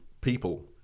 people